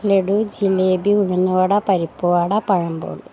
laddu jalebi uzhunnuvada parippuvada pazhampori